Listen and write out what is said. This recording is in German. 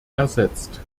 ersetzt